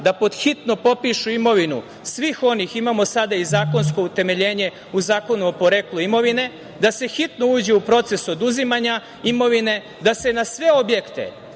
da pod hitno popišu imovinu svih onih, imamo sada i zakonsko utemeljenje u Zakonu o poreklu imovine, da se hitno uđe u proces oduzimanja imovine, da se na sve objekte,